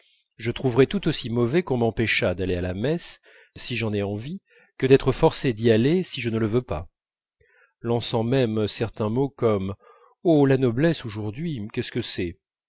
je trouverais tout aussi mauvais qu'on m'empêchât d'aller à la messe si j'en ai envie que d'être forcée d'y aller si je ne le veux pas lançant même certains mots comme oh la noblesse aujourd'hui qu'est-ce que c'est